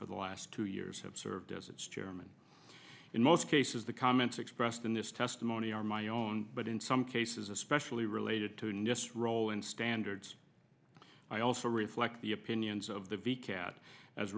for the last two years have served as its chairman in most cases the comments expressed in this testimony are my own but in some cases especially related to the role and standards i also reflect the opinions of the cat as